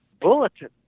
bulletin